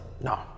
no